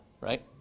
right